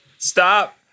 Stop